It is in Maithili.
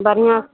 बढ़िआँ